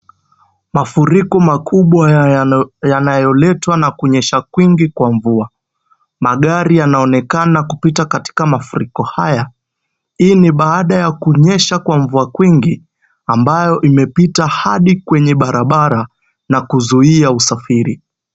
Mafuriko makubwa yanayoletwa na kunyesha kwingi kwa mvua. Magari yanaonekana kupita katika mafuriko haya. Hii ni baada ya kunyesha kwa mvua kwingi, ambayo imepita hadi kwenye barabara na kuzuia usafiri.